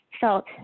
felt